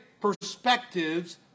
perspectives